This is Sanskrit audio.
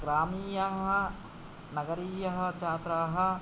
ग्रामीयाः नगरीयः छात्राः